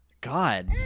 God